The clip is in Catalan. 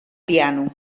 piano